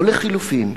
או לחלופין,